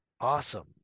awesome